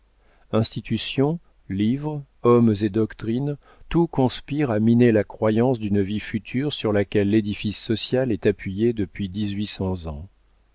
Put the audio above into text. institutions livres hommes et doctrines tout conspire à miner la croyance d'une vie future sur laquelle l'édifice social est appuyé depuis dix-huit cents ans